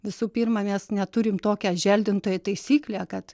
visų pirma mes neturim tokią želdintojų taisyklę kad